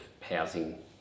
housing